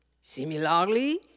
Similarly